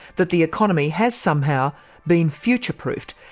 that the economy has somehow been future-proofed?